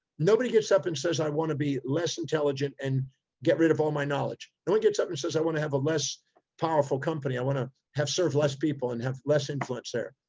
nobody gets up and says, i want to be less intelligent and get rid of all my knowledge. no one gets up and says, i want to have a less powerful company. i want to have serve less people and have less influence there.